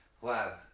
Wow